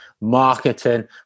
marketing